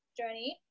journey